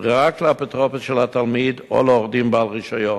רק לאפוטרופוס של התלמיד או לעורך-דין בעל רשיון.